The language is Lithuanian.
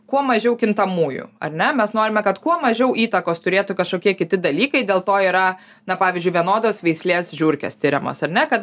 kuo mažiau kintamųjų ar ne mes norime kad kuo mažiau įtakos turėtų kažkokie kiti dalykai dėl to yra na pavyzdžiui vienodos veislės žiurkės tiriamos ar ne kad